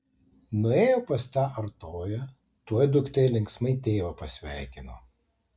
nuėjo pas tą artoją tuoj duktė linksmai tėvą pasveikino